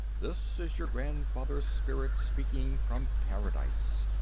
this is your grandfather's spirit speaking from paradise.